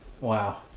Wow